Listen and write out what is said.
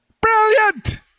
Brilliant